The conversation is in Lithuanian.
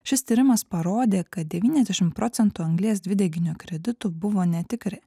šis tyrimas parodė kad devyniasdešimt procentų anglies dvideginio kreditų buvo netikri